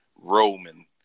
Roman